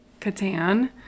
Catan